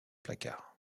placard